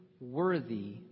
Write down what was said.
worthy